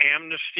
amnesty